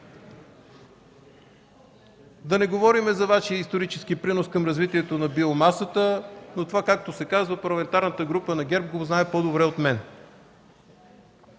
Да не говорим за Вашия исторически принос към развитието на биомасата, но това, както се казва, Парламентарната група на ГЕРБ го знае по-добре от мен.